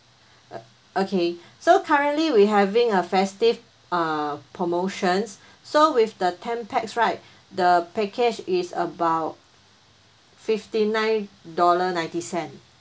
uh okay so currently we having a festive uh promotions so with the ten pax right the package is about fifty nine dollar ninety cent